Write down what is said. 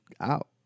out